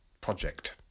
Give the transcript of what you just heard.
project